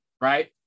right